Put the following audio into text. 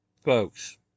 folks